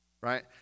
right